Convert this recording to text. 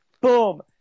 Boom